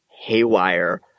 Haywire